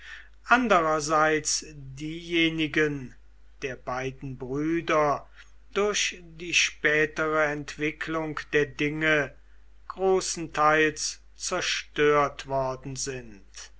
andererseits diejenigen der beiden brüder durch die spätere entwicklung der dinge großenteils zerstört worden sind